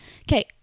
Okay